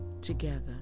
together